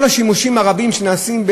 כל השימושים הרבים שנעשים,